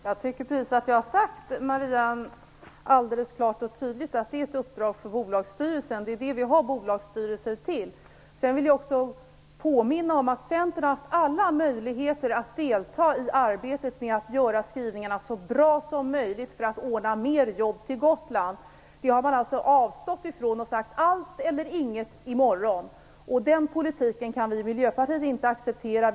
Herr talman! Jag tycker att jag alldeles klart och tydligt har sagt att detta är ett uppdrag för bolagsstyrelsen. Det är sådant här vi har bolagsstyrelser till. Jag vill också påminna om att Centerpartiet har haft alla möjligheter att delta i arbetet med att göra skrivningarna så bra som möjligt för att ordna fler jobb till Gotland. Centerpartiet har avstått ifrån det, och sagt: Allt eller inget i morgon. Den politiken kan inte vi i Miljöpartiet acceptera.